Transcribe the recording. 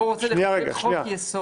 אבל פה אתה רוצה לחוקק חוק יסוד.